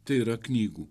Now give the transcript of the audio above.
tai yra knygų